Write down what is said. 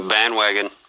Bandwagon